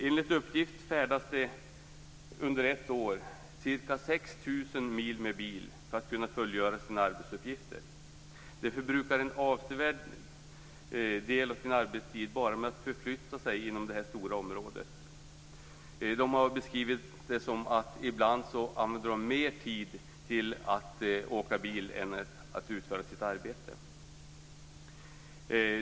Enligt uppgift färdas de under ett år ca 6 000 mil med bil för att kunna fullgöra sina arbetsuppgifter. De förbrukar en avsevärd del av sin arbetstid bara till att förflytta sig inom detta stora område. De har beskrivit det som att de ibland använder mer tid till att åka bil än till att utföra sitt arbete.